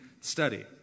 study